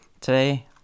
today